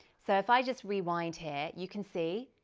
so if i just rewind here you can see.